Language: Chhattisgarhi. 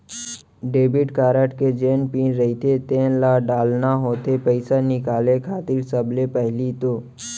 डेबिट कारड के जेन पिन रहिथे तेन ल डालना होथे पइसा निकाले खातिर सबले पहिली तो